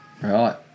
Right